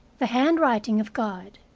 the handwriting of god.